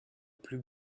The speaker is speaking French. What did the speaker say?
plus